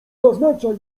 zaznacza